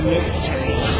Mystery